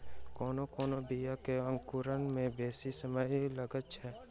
कोनो कोनो बीया के अंकुराय मे बेसी समय लगैत छै